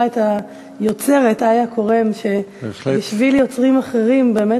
תוצאות ההצבעה: 11 בעד, אין מתנגדים, אין נמנעים.